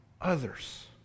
others